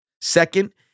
Second